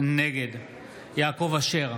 נגד יעקב אשר,